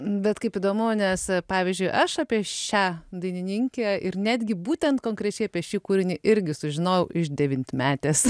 bet kaip įdomu nes pavyzdžiui aš apie šią dainininkę ir netgi būtent konkrečiai apie šį kūrinį irgi sužinojau iš devynmetės